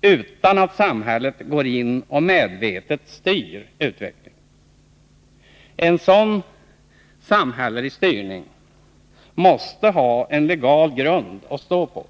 utan att samhället går in och medvetet styr utvecklingen. En sådan samhällelig styrning måste ha en legal grund att stå på.